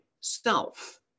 self